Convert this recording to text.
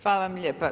Hvala vam lijepa.